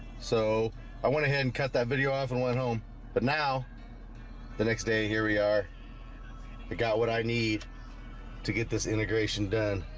so i went ahead and cut that video off and went home but now the next day here we are we but got what i need to get this integration done.